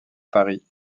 paris